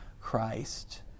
Christ